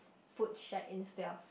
food shack instead of